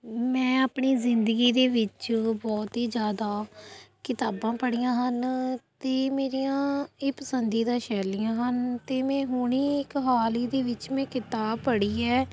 ਮੈਂ ਆਪਣੀ ਜ਼ਿੰਦਗੀ ਦੇ ਵਿੱਚ ਬਹੁਤ ਹੀ ਜ਼ਿਆਦਾ ਕਿਤਾਬਾਂ ਪੜ੍ਹੀਆਂ ਹਨ ਅਤੇ ਮੇਰੀਆਂ ਇਹ ਪਸੰਦੀਦਾ ਸ਼ੈਲੀਆਂ ਹਨ ਅਤੇ ਮੈਂ ਹੁਣੇ ਇੱਕ ਹਾਲ ਹੀ ਦੇ ਵਿੱਚ ਮੈਂ ਕਿਤਾਬ ਪੜ੍ਹੀ ਹੈ